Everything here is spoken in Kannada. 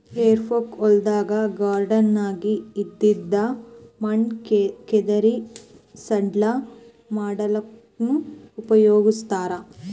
ಹೆಫೋಕ್ ಹೊಲ್ದಾಗ್ ಗಾರ್ಡನ್ದಾಗ್ ಇದ್ದಿದ್ ಮಣ್ಣ್ ಕೆದರಿ ಸಡ್ಲ ಮಾಡಲ್ಲಕ್ಕನೂ ಉಪಯೊಗಸ್ತಾರ್